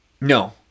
no